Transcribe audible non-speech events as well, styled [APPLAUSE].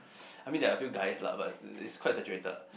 [BREATH] I mean there are a few guys lah but it's quite saturated ah